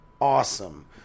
awesome